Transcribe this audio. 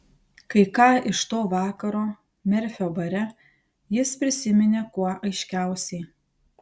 kai ką iš to vakaro merfio bare jis prisiminė kuo aiškiausiai